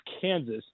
Kansas